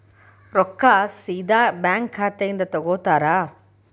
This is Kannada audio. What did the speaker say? ರೊಕ್ಕಾ ಸೇದಾ ಬ್ಯಾಂಕ್ ಖಾತೆಯಿಂದ ತಗೋತಾರಾ?